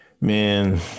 Man